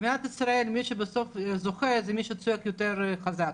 במדינת ישראל מי שבסוף זוכה זה מי שצועק יותר חזק.